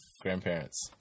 grandparents